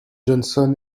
johnson